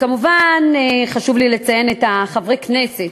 כמובן, חשוב לי לציין את חברי הכנסת